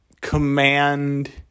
Command